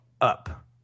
up